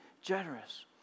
generous